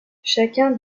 chacun